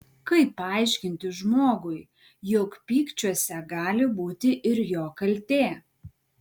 kaip paaiškinti žmogui jog pykčiuose gali būti ir jo kaltė